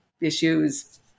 issues